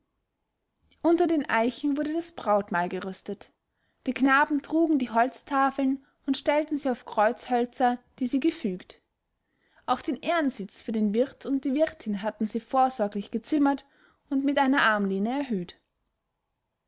unter den eichen wurde das brautmahl gerüstet die knaben trugen die holztafeln und stellten sie auf kreuzhölzer die sie gefügt auch den ehrensitz für den wirt und die wirtin hatten sie vorsorglich gezimmert und mit einer armlehne erhöht